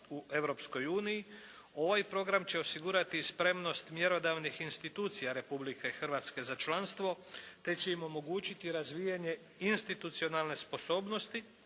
uniji, ovaj program će osigurati i spremnost mjerodavnih institucija Republike Hrvatske za članstvo te će im omogućiti razvijanje institucionalne sposobnosti